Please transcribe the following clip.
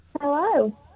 Hello